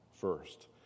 first